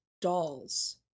dolls